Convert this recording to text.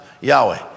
Yahweh